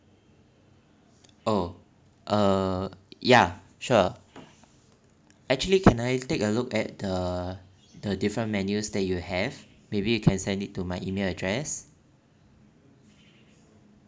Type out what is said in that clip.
oh uh ya sure actually can I take a look at the the different menus that you have maybe you can send it to my email address